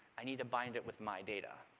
i need to bind it with my data.